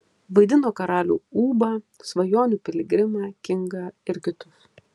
vaidino karalių ūbą svajonių piligrimą kingą ir kitus